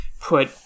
put